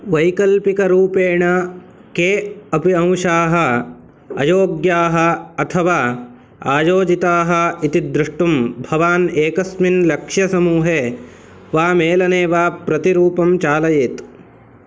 वैकल्पिकरूपेण के अपि अंशाः अयोग्याः अथवा आयोजिताः इति द्रष्टुं भवान् एकस्मिन् लक्ष्य समूहे वा मेलने वा प्रतिरूपं चालयेत्